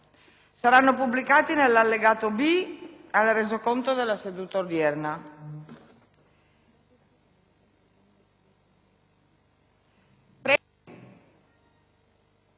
saranno pubblicati nell'allegato B al Resoconto della seduta odierna.